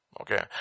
Okay